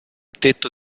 tetto